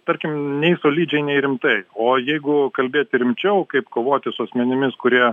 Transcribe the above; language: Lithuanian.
tarkim nei solidžiai nei rimtai o jeigu kalbėti rimčiau kaip kovoti su asmenimis kurie